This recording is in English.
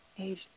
Age